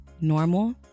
normal